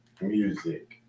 music